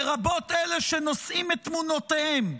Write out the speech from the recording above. לרבות אלה שנושאים את תמונותיהם,